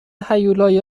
هیولای